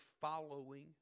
following